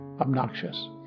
obnoxious